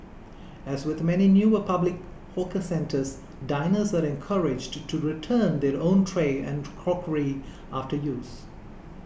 as with many newer public hawker centres diners are encouraged to return their own tray and crockery after use